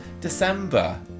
december